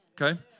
Okay